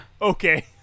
Okay